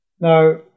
Now